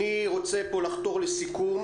אני רוצה לחתור לסיכום.